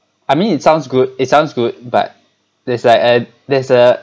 I mean it sounds good it sounds good but there's like a there's a